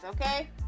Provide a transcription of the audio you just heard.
okay